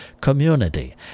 community